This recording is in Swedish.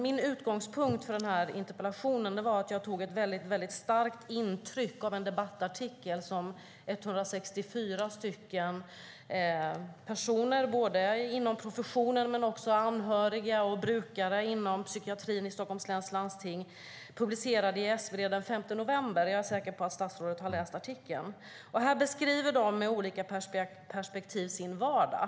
Min utgångspunkt för interpellationen var att jag tog väldigt starkt intryck av en debattartikel som 164 personer såväl inom professionen som anhöriga och brukare inom psykiatrin i Stockholms läns landsting publicerade i SvD den 5 november. Jag är säker på att statsrådet har läst artikeln. De beskriver med olika perspektiv sin vardag.